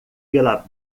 pela